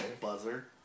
buzzer